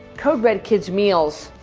code red kids meals,